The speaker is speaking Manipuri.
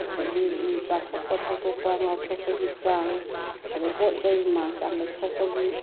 ꯑꯗꯨꯗꯒꯤ ꯆꯥꯊꯣꯛꯄ ꯊꯛꯇꯣꯛꯄ ꯉꯥꯎꯊꯣꯛꯄꯒꯤ ꯆꯥꯡ ꯑꯗꯒꯤ ꯄꯣꯠ ꯆꯩ ꯃꯥꯟ ꯆꯥꯡ ꯂꯩꯊꯣꯛꯄꯒꯤ